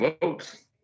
votes